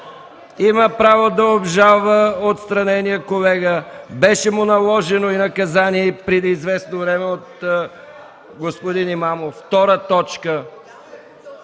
Има право да обжалва отстраненият колега. Беше му наложено наказание и преди известно време от господин Имамов